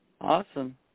Awesome